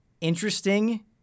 interesting